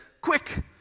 Quick